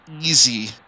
easy